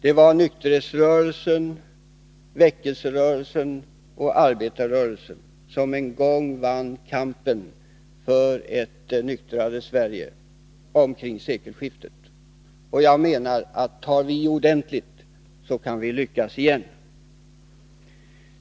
Det var nykterhetsrörelsen, väckelserörelsen och arbetarrörelsen som en gång vann kampen för ett nyktrare Sverige, omkring sekelskiftet, och jag menar att om vi tar i ordentligt kan vi lyckas igen.